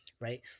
right